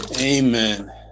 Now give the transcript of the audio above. Amen